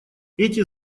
эти